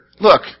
look